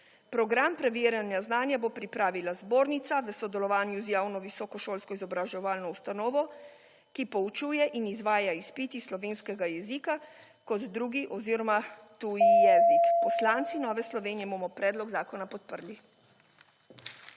Program preverjanja znanja bo pripravila Zbornica v sodelovanju z javno visokošolsko izobraževalno ustanovo, ki poučuje in izvaja izpit iz slovenskega jezika kot drugi oziroma tuji jezik. Poslanci Nove Slovenije bomo predlog zakona podprli.